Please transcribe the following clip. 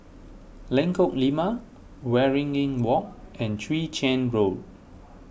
Lengkok Lima Waringin Walk and Chwee Chian Road